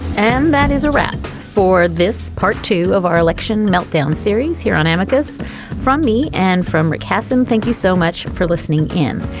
and that is wrap for this part two of our election meltdown series here on amicus from me and from rick cassin. thank you so much for listening in.